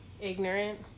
ignorant